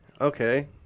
Okay